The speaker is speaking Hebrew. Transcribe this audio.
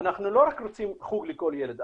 אנחנו לא רק רוצים חוג לכל ילד.